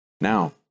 now